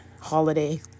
holiday